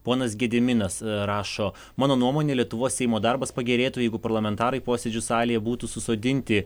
ponas gediminas rašo mano nuomone lietuvos seimo darbas pagerėtų jeigu parlamentarai posėdžių salėje būtų susodinti